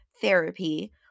therapy